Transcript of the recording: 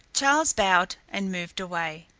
charles bowed and moved away.